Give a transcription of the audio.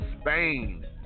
Spain